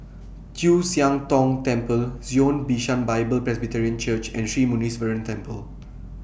Chu Siang Tong Temple Zion Bishan Bible Presbyterian Church and Sri Muneeswaran Temple